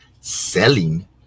selling